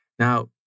Now